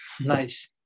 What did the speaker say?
nice